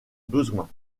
besoin